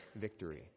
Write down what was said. victory